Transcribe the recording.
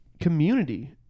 community